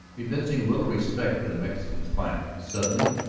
evincing little respect for the mexican's finery. suddenly,